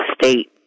state